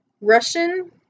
Russian